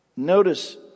notice